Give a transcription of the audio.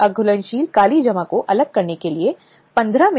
और अधिनियम को लागू करने के लिए क्या किया जाना है